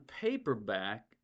paperback